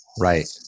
right